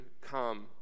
come